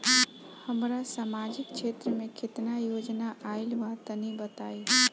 हमरा समाजिक क्षेत्र में केतना योजना आइल बा तनि बताईं?